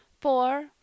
Four